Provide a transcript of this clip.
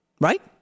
Right